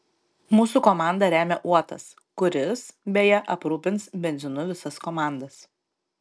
mūsų komandą remia uotas kuris beje aprūpins benzinu visas komandas